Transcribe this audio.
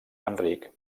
enric